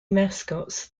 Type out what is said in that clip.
mascots